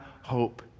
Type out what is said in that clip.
hope